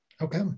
Okay